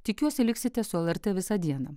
tikiuosi liksite su lrt visą dieną